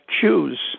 choose